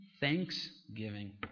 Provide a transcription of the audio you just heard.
thanksgiving